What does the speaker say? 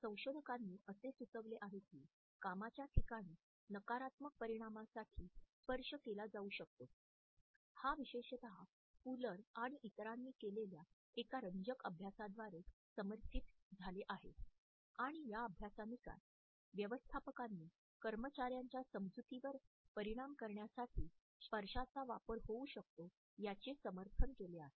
संशोधकांनी असे सुचवले आहे की कामाच्या ठिकाणी सकारात्मक परिणामासाठी स्पर्श केला जाऊ शकतो हा विशेषतः फुलर आणि इतरांनी केलेल्या एका रंजक अभ्यासाद्वारे समर्थित झाले आहे आणि या अभ्यासानुसार व्यवस्थापकांनी कर्मचार्यांच्या समजुतीवर परिणाम करण्यासाठी स्पर्शाचा वापर होऊ शकतो याचे समर्थन केले आहे